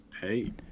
hey